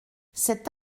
c’est